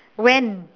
when